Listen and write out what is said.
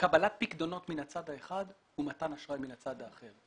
בקבלת פיקדונות מן הצד האחד ומתן אשראי מן הצד האחר.